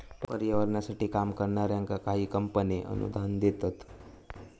पर्यावरणासाठी काम करणाऱ्यांका काही कंपने अनुदान देतत